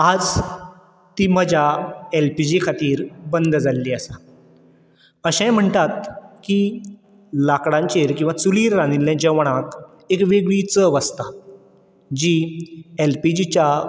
आज ती मजा एलपीजी खातीर बंद जाल्ली आसा अशेंय म्हणटात की लाकडांचेर किंवां चुलीर रांदिल्लें जेवणाक एक वेगळी चव आसता जी एलपीजीच्या